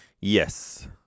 Yes